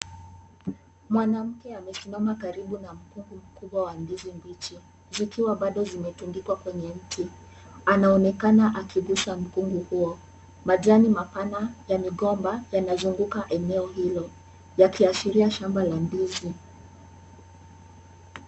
Mwanamke amesimama karibu na mkungu mkubwa wa ndizi mbichi, zikiwa bado zimetundikwa kwenye mti. Anaonekana akigusa mkungu huo, majani mapana ya migomba yanazunguka eneo hilo. Yakiashiria shamba la ndizi.